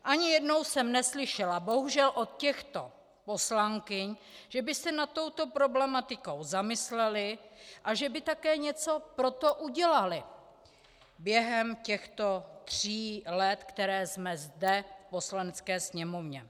Ani jednou jsem neslyšela bohužel od těchto poslankyň, že by se nad touto problematikou zamyslely a že by také něco pro to udělaly během těchto tří let, které jsme zde v Poslanecké sněmovně.